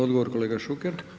Odgovor, kolega Šuker.